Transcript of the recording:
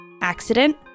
accident